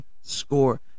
Score